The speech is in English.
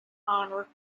honor